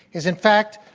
is in fact,